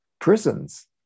prisons